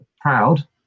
Proud